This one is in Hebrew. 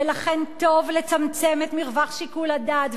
ולכן טוב לצמצם את מרווח שיקול הדעת,